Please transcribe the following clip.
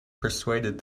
persuaded